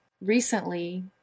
Recently